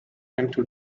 into